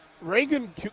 Reagan